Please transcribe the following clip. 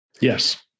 Yes